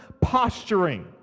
posturing